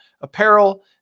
apparel